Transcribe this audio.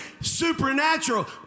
supernatural